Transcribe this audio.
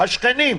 השכנים.